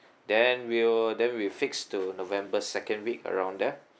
then we'll then we'll fix to november second week around that